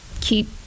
keep